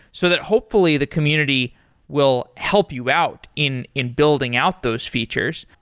so that hopefully the community will help you out in in building out those features,